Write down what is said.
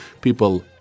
people